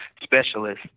specialist